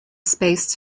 space